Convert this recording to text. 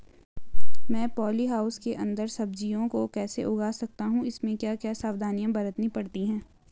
मैं poly house के अन्दर सब्जियों को कैसे उगा सकता हूँ इसमें क्या क्या सावधानियाँ बरतनी पड़ती है?